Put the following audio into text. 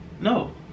No